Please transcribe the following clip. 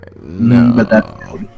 No